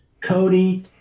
Cody